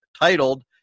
titled